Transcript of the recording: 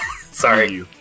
Sorry